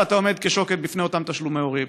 ואתה עומד מול שוקת בפני אותם תשלומי הורים.